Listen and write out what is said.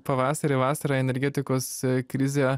pavasarį vasarą energetikos krizė